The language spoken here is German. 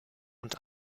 und